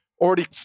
already